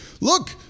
look